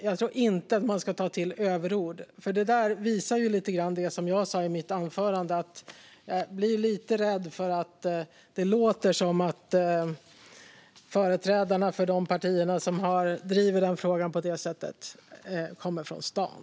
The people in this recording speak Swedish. Jag tror inte att man ska ta till överord, för detta visar lite grann på det som jag sa i mitt anförande: Jag blir lite rädd när det låter som att företrädarna för de partier som driver frågan på det sättet kommer från stan.